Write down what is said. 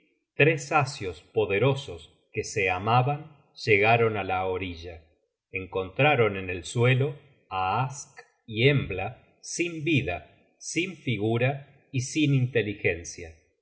google book search generated at ban llegaron á la orilla encontraron en el suelo á ask y embla sin vida sin figura y sin inteligencia